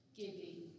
giving